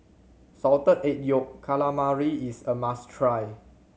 Salted Egg Yolk Calamari is a must try